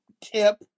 tip